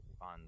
On